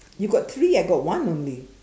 you got three I got one only